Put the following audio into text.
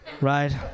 right